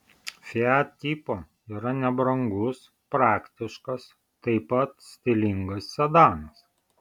fiat tipo yra nebrangus praktiškas taip pat stilingas sedanas